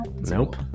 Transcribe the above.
Nope